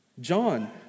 John